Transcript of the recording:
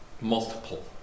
multiple